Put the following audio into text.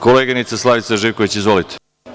Koleginice Slavice Živković, izvolite.